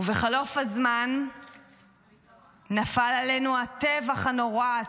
ובחלוף הזמן נפלו עלינו הטבח הנורא,